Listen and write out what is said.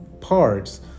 parts